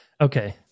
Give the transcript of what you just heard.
okay